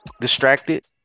distracted